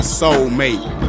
soulmate